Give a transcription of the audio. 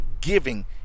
giving